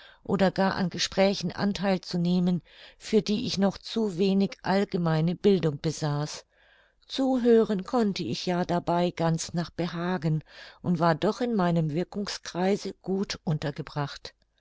oder gar an gesprächen antheil zu nehmen für die ich noch zu wenig allgemeine bildung besaß zuhören konnte ich ja dabei ganz nach behagen und war doch in meinem wirkungskreise gut untergebracht